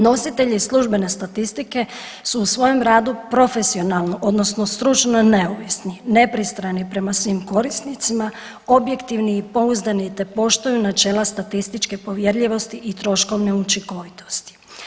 Nositelji službene statistike su u svojem radu profesionalno odnosno stručno neovisni, nepristrani prema svim korisnicima, objektivni i pouzdani, te poštuju načela statističke povjerljivosti i troškovne učinkovitosti.